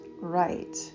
right